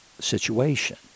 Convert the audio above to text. situation